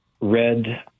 red